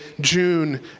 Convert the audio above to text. June